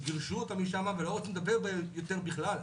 גירשו אותם משם ולא רצו לדבר יותר בכלל.